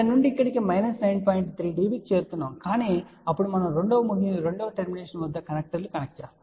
3 dB కి చేరుతున్నాము కాని అప్పుడు మనము రెండు ముగింపు వద్ద కనెక్టర్లను కనెక్ట్ చేస్తాము